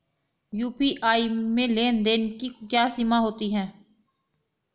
UPI में लेन देन की क्या सीमा होती है?